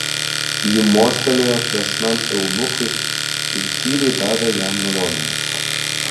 ji mostelėjo kresnam eunuchui ir tyliai davė jam nurodymus